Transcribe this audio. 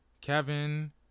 Kevin